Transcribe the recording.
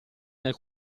nel